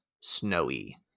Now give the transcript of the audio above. snowy